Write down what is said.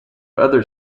other